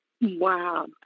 Wow